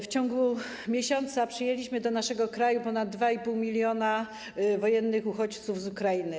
W ciągu miesiąca przyjęliśmy do naszego kraju ponad 2,5 mln wojennych uchodźców z Ukrainy.